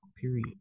period